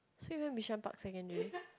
so he went Mission Park secondary